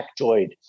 factoid